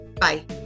Bye